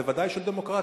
בוודאי של דמוקרטיה.